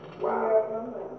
wow